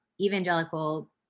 evangelical